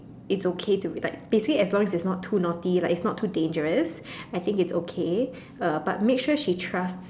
it's okay to like basically as long as it's not too naughty like it's not too dangerous I think it's okay uh but make sure she trusts